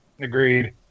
Agreed